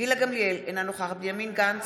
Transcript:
גילה גמליאל, אינה נוכחת בנימין גנץ,